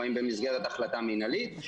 או האם במסגרת החלטה מנהלית,